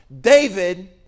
David